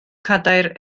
cadair